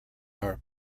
are